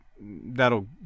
that'll